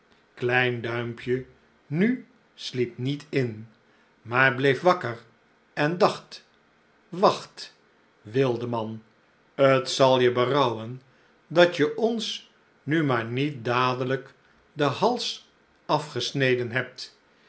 klein duimpje nu sliep niet in maar bleef wakker en dacht wacht wildeman t zal je berouwen dat je ons uu maar niet dadelijk den hals afgesneden hebt